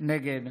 נגד